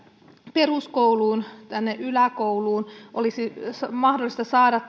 peruskouluun yläkouluun saada